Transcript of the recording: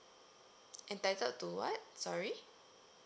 entitled to what sorry